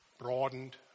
broadened